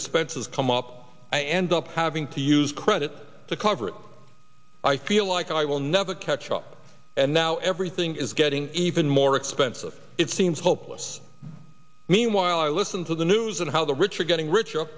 expenses come up i end up having to use credit to cover it i feel like i will never catch up and now everything is getting even more expensive it seems hopeless meanwhile i listen to the news on how the rich are getting richer